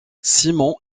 simon